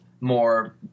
more